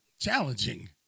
challenging